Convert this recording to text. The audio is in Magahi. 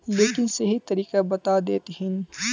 लेकिन सही तरीका बता देतहिन?